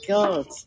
God